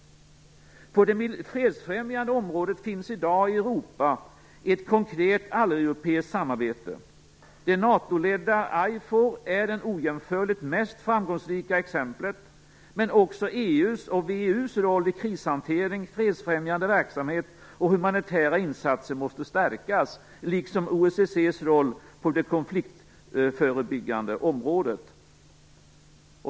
På det fredsfrämjande området finns i dag i Europa ett konkret, alleuropeiskt samarbete. Det NATO ledda IFOR är det ojämförligt mest framgångsrika exemplet. Men också EU:s och VEU:s roll i krishantering, fredsfrämjande verksamhet och humanitära insatser måste stärkas, liksom OSSE:s roll på det konfliktförebyggande området.